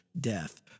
death